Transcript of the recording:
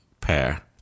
pair